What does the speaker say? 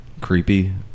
creepy